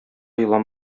елан